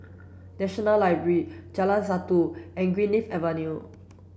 National Library Jalan Satu and Greenleaf Avenue